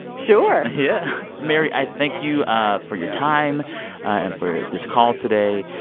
sure yeah mary, i thank you ah for your time and for this call today,